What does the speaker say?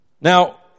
Now